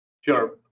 sure